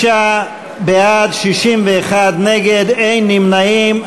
59 בעד, 61 נגד, אין נמנעים.